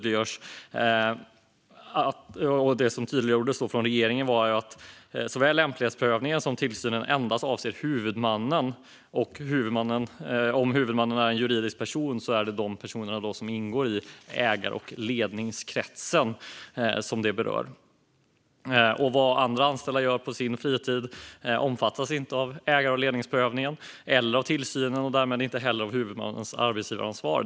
Regeringen tydliggjorde att "såväl lämplighetsprövningen som tillsynen endast avser huvudmannen och, om huvudmannen är en juridisk person, de personer som ingår i ägar och ledningskretsen". Vad andra anställda gör på sin fritid omfattas inte av ägar och ledningsprövningen eller av tillsynen och därmed inte heller av huvudmannens arbetsgivaransvar.